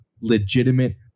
legitimate